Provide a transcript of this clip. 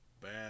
Bad